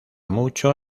mucho